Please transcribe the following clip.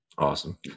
Awesome